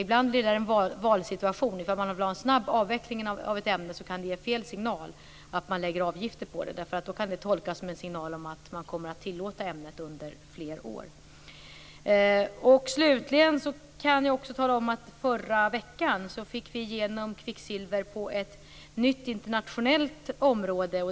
Ibland blir det en valsituation. Ifall man vill ha en snabb avveckling av ett ämne kan det ge fel signal om man lägger avgifter på det. Det kan tolkas som att man kommer att tillåta ämnet under flera år. Slutligen kan jag tala om att vi förra veckan fick igenom frågan om kvicksilver på ett nytt internationellt område.